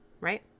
right